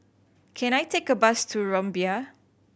can I take a bus to Rumbia